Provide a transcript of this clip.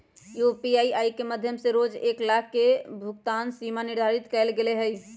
UPI के माध्यम से रोज एक लाख तक के भुगतान सीमा निर्धारित कएल गेल हइ